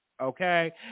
okay